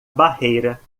barreira